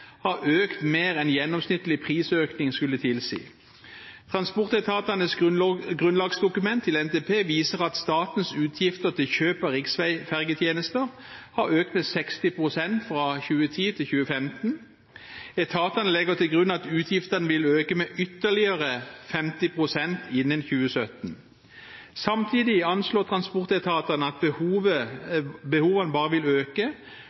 har økt mer enn gjennomsnittlig prisøkning skulle tilsi. Transportetatenes grunnlagsdokument til NTP viser at statens utgifter til kjøp av riksveifergetjenester har økt med 60 pst. fra 2010 til 2015. Etatene legger til grunn at utgiftene vil øke med ytterligere 50 pst. innen 2017. Samtidig anslår transportetatene at behovene bare vil øke,